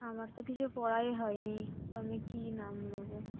আমার তো কিছু পড়াই হয়নি তো আমি কী নাম দেবো